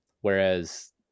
Whereas